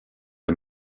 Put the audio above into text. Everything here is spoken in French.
est